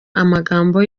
amagambo